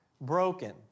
broken